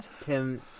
Tim